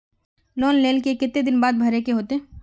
Loan लेल के केते दिन बाद भरे के होते?